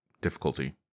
difficulty